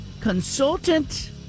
consultant